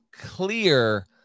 clear